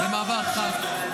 למה לא ישבתם כמו כולם והקשבתם להם?